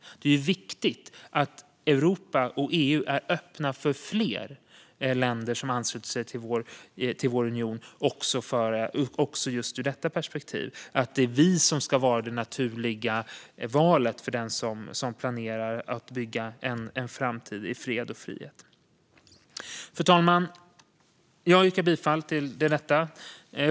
Det är ju viktigt att Europa och EU är öppna för fler länder som ansluter sig också ur detta perspektiv, att vi ska vara det naturliga valet för den som planerar att bygga en framtid i fred och frihet. Fru talman! Jag yrkar bifall till utskottets förslag.